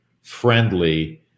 friendly